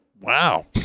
Wow